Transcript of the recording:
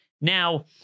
Now